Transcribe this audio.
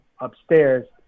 Upstairs